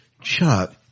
Chuck